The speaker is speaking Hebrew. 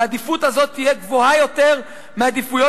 "העדיפות הזאת תהיה גבוהה יותר מעדיפויות